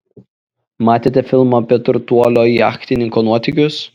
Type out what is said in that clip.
matėte filmą apie turtuolio jachtininko nuotykius